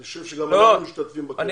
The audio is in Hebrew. אני חושב שגם אנחנו משתתפים בה.